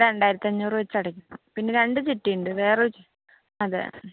രണ്ടായിരത്തി അഞ്ഞൂറ് വെച്ച് അടയ്ക്കും പിന്നെ രണ്ട് ചിട്ടിയുണ്ട് വേറെയൊരു അതെ